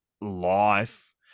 life